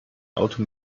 auto